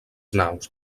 naus